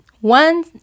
One